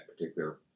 particular